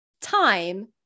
time